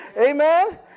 Amen